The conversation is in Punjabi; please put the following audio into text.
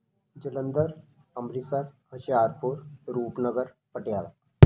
ਜਲੰਧਰ ਅੰਮ੍ਰਿਤਸਰ ਹੁਸ਼ਿਆਰਪੁਰ ਰੂਪਨਗਰ ਪਟਿਆਲਾ